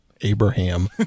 Abraham